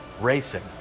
racing